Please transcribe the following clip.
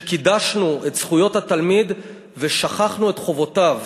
שקידשנו את זכויות התלמיד ושכחנו את חובותיו.